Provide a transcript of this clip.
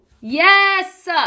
Yes